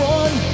one